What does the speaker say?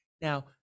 Now